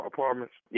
Apartments